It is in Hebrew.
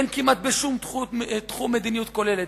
אין כמעט בשום תחום מדיניות כוללת.